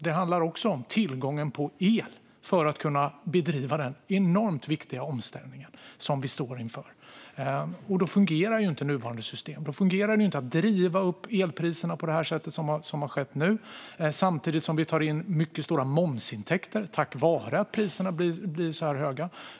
Det handlar också om tillgången på el för att kunna utföra den enormt viktiga omställning som vi står inför. Då fungerar inte nuvarande system. Då fungerar det inte att driva upp elpriserna på det sätt som skett nu samtidigt som vi tar in mycket stora momsintäkter tack vare att priserna blir så här höga.